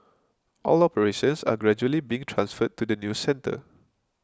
all operations are gradually being transferred to the new centre